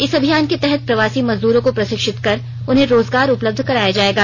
इस अभियान के तहत प्रवासी मजदूरों को प्रशिक्षित कर उन्हें रोजगार उपलब्ध कराया जायेगा